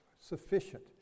Sufficient